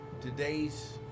today's